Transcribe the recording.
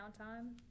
downtime